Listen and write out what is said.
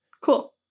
Cool